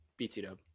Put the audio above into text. BTW